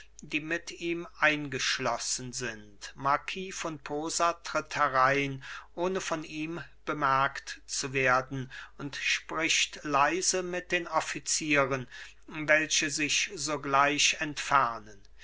die mit ihm eingeschlossen sind marquis von posa tritt herein ohne von ihm bemerkt zu werden und spricht leise mit den offizieren welche sich sogleich entfernen